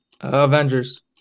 Avengers